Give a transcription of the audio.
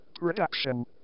reduction